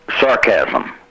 sarcasm